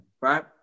right